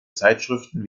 zeitschriften